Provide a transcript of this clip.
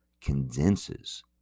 condenses